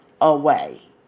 away